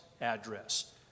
address